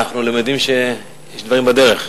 אנחנו למדים שיש דברים בדרך.